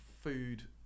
food